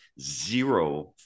zero